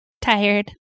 Tired